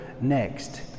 next